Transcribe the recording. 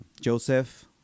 Joseph